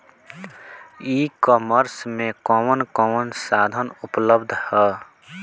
ई कॉमर्स में कवन कवन साधन उपलब्ध ह?